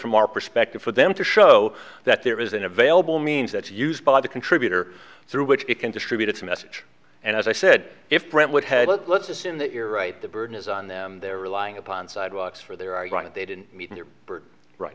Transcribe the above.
from our perspective for them to show that there is an available means that's used by the contributor through which it can distribute its message and as i said if brentwood had let's assume that you're right the burden is on them they're relying upon sidewalks for their argument they didn't meet your birth right